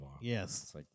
Yes